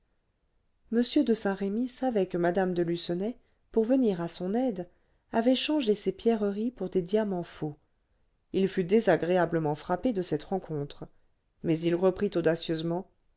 m de saint-remy savait que mme de lucenay pour venir à son aide avait changé ses pierreries pour des diamants faux il fut désagréablement frappé de cette rencontre mais il reprit